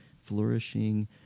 flourishing